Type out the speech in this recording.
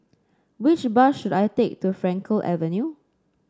which bus should I take to Frankel Avenue